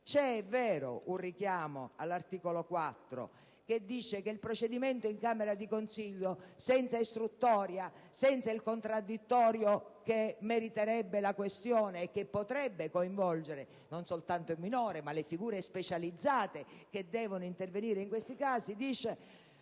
è vero, un richiamo all'articolo 4 che dice che il procedimento in camera di consiglio senza istruttoria, senza il contraddittorio, che meriterebbe la questione e che potrebbe coinvolgere non soltanto il minore, ma le figure specializzate che devono intervenire in questi casi, deve